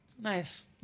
nice